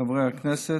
חברי הכנסת,